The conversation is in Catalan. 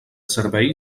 servei